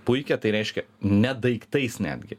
puikia tai reiškia ne daiktais netgi